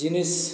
ଜିନିଷ୍